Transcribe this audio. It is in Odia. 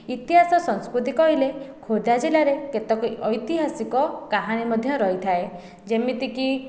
ଇତିହାସ ସଂସ୍କୃତି କହିଲେ ଖୋର୍ଦ୍ଧା ଜିଲ୍ଲାରେ କେତେକ ଐତିହାସିକ କାହାଣୀ ମଧ୍ୟ ରହିଥାଏ ଯେମିତି କି